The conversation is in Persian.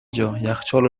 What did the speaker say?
جا، یخچال